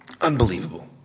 Unbelievable